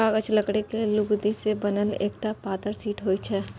कागज लकड़ी के लुगदी सं बनल एकटा पातर शीट होइ छै